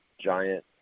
giant